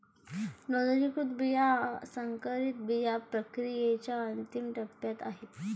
नोंदणीकृत बिया संकरित बिया प्रक्रियेच्या अंतिम टप्प्यात आहेत